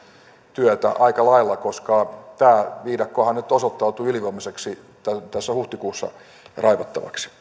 työtä aika lailla koska tämä viidakkohan nyt osoittautui ylivoimaiseksi tässä huhtikuussa raivata